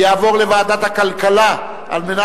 לדיון מוקדם בוועדת הכלכלה נתקבלה.